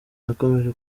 yakomeje